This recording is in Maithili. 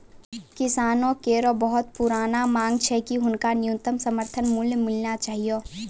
किसानो केरो बहुत पुरानो मांग छै कि हुनका न्यूनतम समर्थन मूल्य मिलना चाहियो